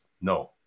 No